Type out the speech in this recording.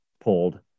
pulled